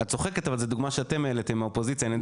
את צוחקת אבל זה דוגמה שאתם העליתם האופוזיציה.